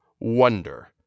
wonder